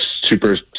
super